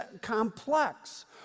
complex